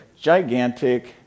gigantic